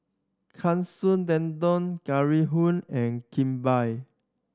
Katsu Tendon Hoo and Kimbap